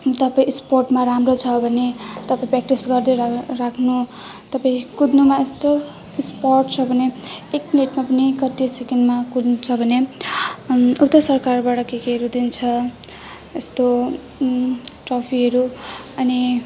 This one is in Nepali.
तपाईँ स्पोर्टमा राम्रो छ भने तपाईँ प्र्याक्टिस गर्दै रह्यो राख्नु तपाईँ कुद्नुमा यस्तो स्पोर्ट छ भने मा पनि कति सेकेन्डमा कुद्नुहुन्छ भने यता सरकारबाट केकेहरू दिन्छ यस्तो ट्रफीहरू अनि